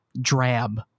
drab